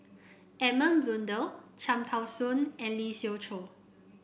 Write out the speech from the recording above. Edmund Blundell Cham Tao Soon and Lee Siew Choh